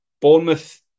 Bournemouth